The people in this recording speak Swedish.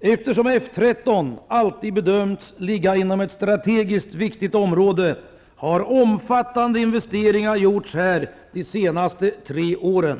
Eftersom F 13 alltid bedömts ligga inom ett strategiskt viktigt område har omfattande investeringar gjorts här de senaste tre åren.